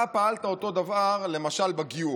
אתה פעלת אותו דבר, למשל בגיור.